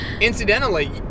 Incidentally